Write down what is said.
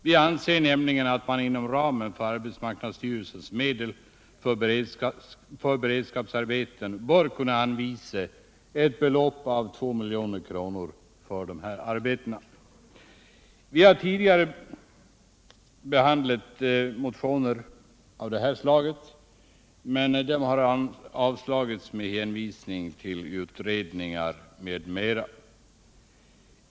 Vi anser nämligen att man inom ramen för arbetsmarknadsstyrelsens medel för beredskapsarbeten bör kunna anvisa ett belopp av 2 milj.kr. för dessa arbeten. Vi har tidigare behandlat motioner av det här slaget, men dessa har avslagits med hänvisning till utredningar m.m.